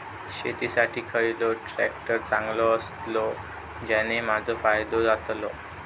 शेती साठी खयचो ट्रॅक्टर चांगलो अस्तलो ज्याने माजो फायदो जातलो?